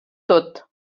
tot